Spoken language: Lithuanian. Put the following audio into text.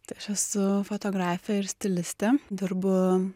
tai aš esu fotografė ir stilistė dirbu